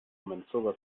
mensogas